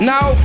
Now